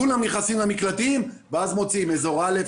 כולם נכנסים למקלטים ואז מוציאים אזור א',